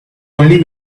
only